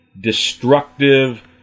destructive